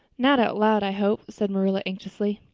not out loud, i hope, said marilla anxiously.